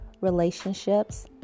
relationships